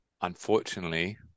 Unfortunately